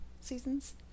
seasons